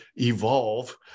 evolve